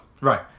Right